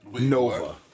Nova